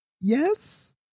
Yes